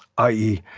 i e,